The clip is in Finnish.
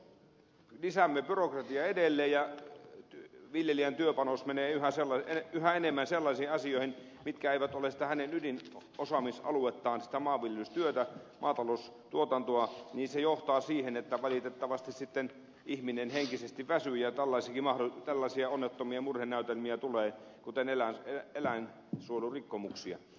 jos lisäämme byrokratiaa edelleen ja viljelijän työpanos menee yhä enemmän sellaisiin asioihin mitkä eivät ole sitä hänen ydinosaamisaluettaan sitä maanviljelystyötä maataloustuotantoa niin se johtaa siihen että valitettavasti sitten ihminen henkisesti väsyy ja tällaisia onnettomia murhenäytelmiä tulee kuten eläinsuojelurikkomuksia